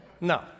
no